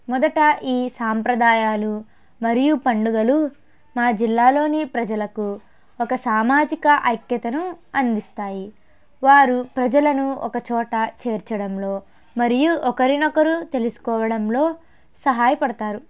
మొదట ఈ సాంప్రదాయాలు మరియు పండుగలు మా జిల్లాలోని ప్రజలకు ఒక సామాజిక ఐక్యతను అందిస్తాయి వారు ప్రజలను ఒక చోట చేర్చడంలో మరియు ఒకరినొకరు తెలుసుకోవడంలో సహాయపడుతారు